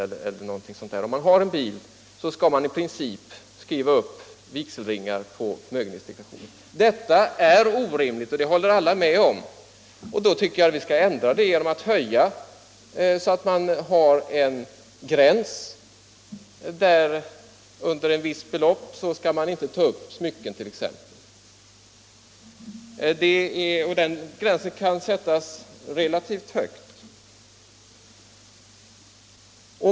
Har man en bil, skall man alltså i princip skriva upp vigselringarna på förmögenhetsdeklarationen. Detta är orimligt, och det håller också alla med om. Därför tycker jag att man bör ändra bestämmelserna och höja gränsen, så att man t.ex. inte skall behöva ta upp smycken med värde under ett visst belopp. Den gränsen kan sättas relativt högt.